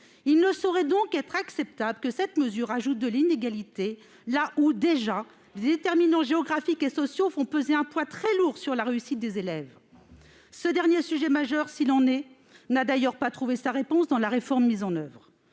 Il ne saurait donc être acceptable que cette mesure ajoute de l'inégalité là où, déjà, les déterminants géographiques et sociaux font peser un poids très lourd sur la réussite des élèves. Ce dernier sujet, qui est majeur, n'a d'ailleurs pas trouvé sa réponse dans la réforme mise en oeuvre.